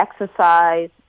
exercise